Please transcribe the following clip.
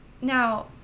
now